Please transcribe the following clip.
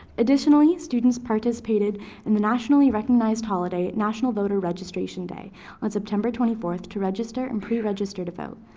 additionally, students participated in the nationally recognized holiday, national voter registration day on september twenty fourth to register and pre-register to vote.